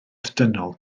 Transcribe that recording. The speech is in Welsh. dynol